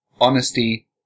Honesty